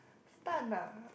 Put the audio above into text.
stun lah